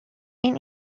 این